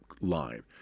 line